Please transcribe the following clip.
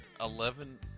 eleven